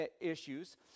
issues